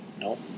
Nope